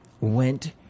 went